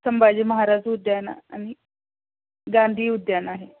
संभाजी महाराज उद्यान आणि गांधी उद्यान आहे